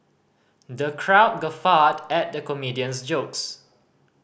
the crowd guffawed at the comedian's jokes